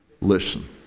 Listen